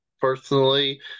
personally